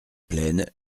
pleine